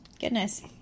Goodness